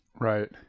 Right